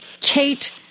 Kate